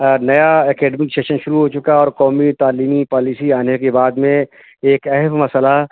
نیا academic session شروع ہو چکا اور قومی تعلیمی پالیسی آنے کے بعد میں ایک اہم مسئلہ